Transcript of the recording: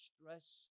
stress